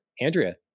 Andrea